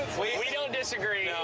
we don't disagree. no.